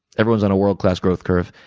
everyone's on a world-class growth curve.